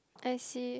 I see